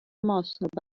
ماست